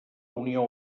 unió